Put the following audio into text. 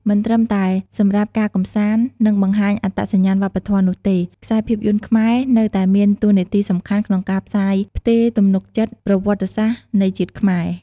មិនត្រឹមតែសម្រាប់ការកម្សាន្ត និងបង្ហាញអត្តសញ្ញាណវប្បធម៌នោះទេ ខ្សែភាពយន្តខ្មែរនៅតែមានតួនាទីសំខាន់ក្នុងការផ្សាយផ្ទេរទំនុកចិត្តប្រវត្តិសាស្ត្រនៃជាតិខ្មែរ។